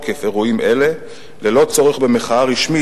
שהנה, הפתרון יהיה אחרי 1 בינואר.